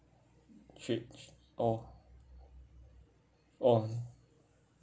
oh oh